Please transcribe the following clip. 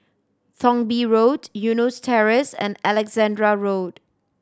Thong Bee Road Eunos Terrace and Alexandra Road